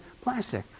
plastic